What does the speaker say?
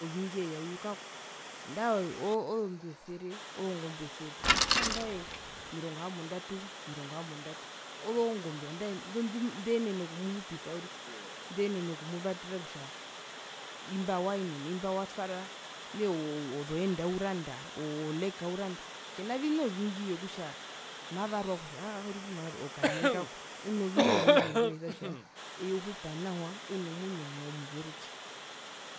Ovingi eyayu kako nandae ozondu esere poo zongombo esere poo andae omirongo hambondatu ozongombe andae indo ndenena okumuhupisa uri ndenena okuvatera kutja imba waenene imba watwara mehee ozoenda uranda oleka uranda kena vina ovingi vyokutja mavarwa aa aa uri puno vandu karive kako uno vina ovingi vyokuyarisa kutja eye uhupa nawa unomwinyo omuveruke